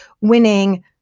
winning